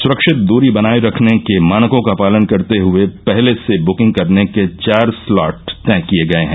सुरक्षित दूरी बनाए रखने के मानकों का पालन करते हुए पहले से बुकिंग करने के चार स्लॉट तय किए गए हैं